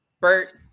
bert